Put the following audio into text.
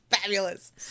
fabulous